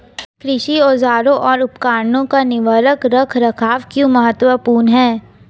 कृषि औजारों और उपकरणों का निवारक रख रखाव क्यों महत्वपूर्ण है?